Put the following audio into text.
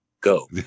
go